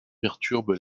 perturbe